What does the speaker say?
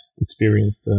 experienced